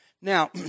now